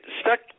stuck